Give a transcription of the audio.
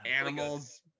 animals